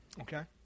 Okay